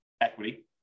equity